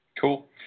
Cool